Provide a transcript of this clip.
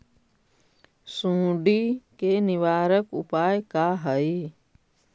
सुंडी के निवारक उपाय का हई?